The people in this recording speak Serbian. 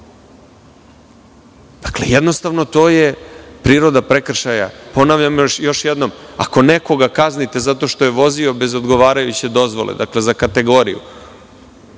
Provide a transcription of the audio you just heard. Dakle, jednostavno je to priroda prekršaja. Još jednom ponavljam, ako nekoga kaznite zato što je vozio bez odgovarajuće dozvole, dakle, za kategoriju